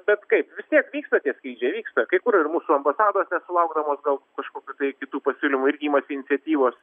bet kaip vis tiek vyksta tie skrydžiai vyksta kai kur ir mūsų ambasados nesulaukdamos gal kažkokių tai kitų pasiūlymų irgi imasi iniciatyvos